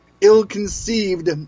ill-conceived